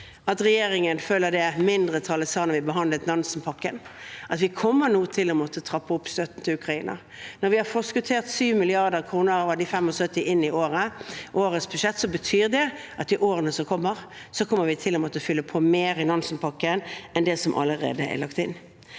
at regjeringen følger det mindretallet sa da vi behandlet Nansen-pakken, om at vi nå kommer til å måtte trappe opp støtten til Ukraina. Når vi har forskuttert 7 mrd. kr av de 75 mrd. kr inn i årets budsjett, betyr det at vi i årene som kommer, vil måtte fylle på mer i Nansen-pakken enn det som allerede er lagt inn.